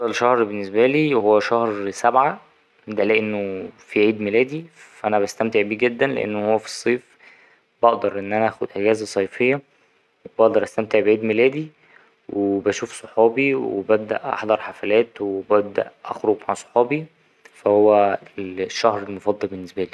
أفضل شهر بالنسبالي هو شهر سبعة ده لأنه فيه عيد ميلادي فا أنا بستمتع بيه جدا لأن هو في الصيف بقدر إن أنا أخد أجازة صيفية وبقدر أستمتع بعيد ميلادي وبشوف صحابي وببدأ أحضر حفلات وببدأ أخرج مع صحابي فا هو الشهر المفضل بالنسبالي.